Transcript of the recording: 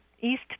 East